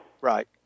Right